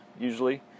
usually